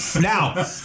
Now